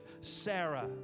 Sarah